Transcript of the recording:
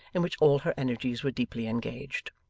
in which all her energies were deeply engaged.